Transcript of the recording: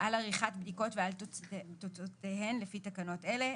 על עריכת בדיקות ועל תוצאותיהן לפי תקנות אלה,